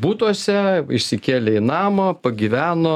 butuose išsikėlė į namą pagyveno